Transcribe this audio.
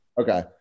Okay